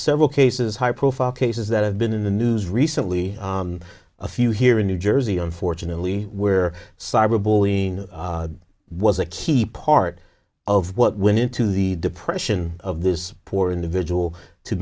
several cases high profile cases that have been in the news recently a few here in new jersey unfortunately where cyberbullying was a key part of what went into the depression of this poor individual to